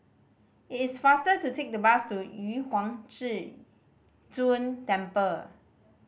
it is faster to take the bus to Yu Huang Zhi Zun Temple